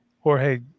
Jorge